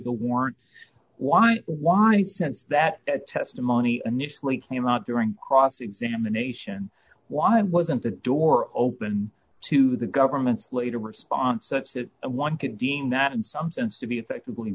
the warrant why why the sense that the testimony initially came out during cross examination why wasn't the door open to the government's later response such that one could deem that in some sense to be effectively